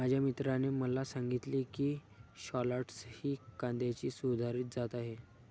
माझ्या मित्राने मला सांगितले की शालॉट्स ही कांद्याची सुधारित जात आहे